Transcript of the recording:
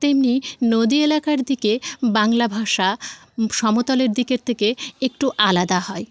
তেমনি নদী এলাকার দিকে বাংলা ভাষা সমতলের দিকের থেকে একটু আলাদা হয়